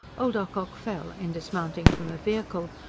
old ocock fell, in dismounting from a vehicle,